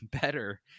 better